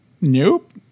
Nope